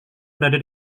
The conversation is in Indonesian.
berada